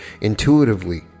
intuitively